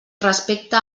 respecte